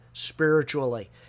spiritually